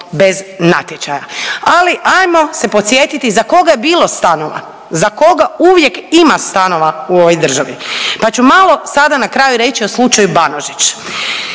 bez natječaja. Ali ajmo se podsjetiti za koga je bilo stanova, za koga uvijek ima stanova u ovoj državi, pa ću malo sada na kraju reći o slučaju Banožić.